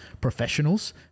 professionals